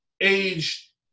age